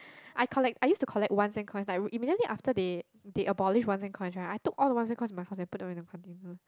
I collect I used to collect one sen coin then immediately after that there a boorish one sen coin I took all one sen coin in my hospitality in a container